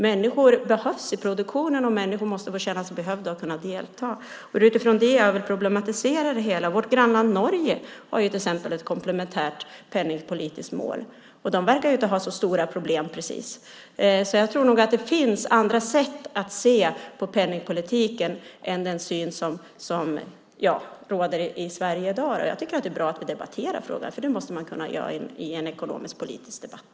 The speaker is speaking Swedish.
Människor behövs i produktionen, och människor måste få känna sig behövda och kunna delta. Det är utifrån det jag vill problematisera det hela. Vårt grannland Norge har ju till exempel ett komplementärt penningpolitiskt mål, och de verkar ju inte ha så stora problem precis. Jag tror nog alltså att det finns andra sätt att se på penningpolitiken än den syn som råder i Sverige i dag. Jag tycker att det är bra att vi debatterar frågan, för det måste man kunna göra i en ekonomisk-politisk debatt.